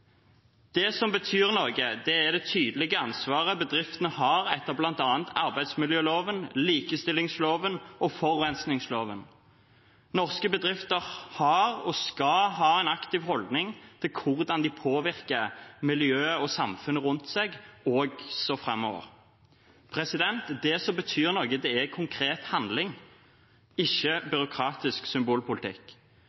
Det som betyr noe, er det tydelige ansvaret bedriftene har etter bl.a. arbeidsmiljøloven, likestillingsloven og forurensningsloven. Norske bedrifter har og skal ha en aktiv holdning til hvordan de påvirker miljøet og samfunnet rundt seg, også framover. Det som betyr noe, er konkret handling, ikke